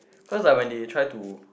cause like when they try to